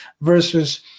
versus